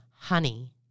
honey